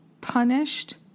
punished